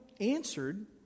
answered